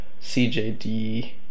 CJD